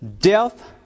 Death